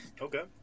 Okay